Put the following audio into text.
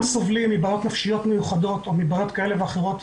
סובלים מבעיות נפשיות מיוחדות או מבעיות כאלה ואחרות,